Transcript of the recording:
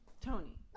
Tony